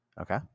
Okay